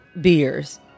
beers